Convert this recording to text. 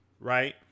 Right